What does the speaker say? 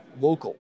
local